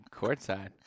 courtside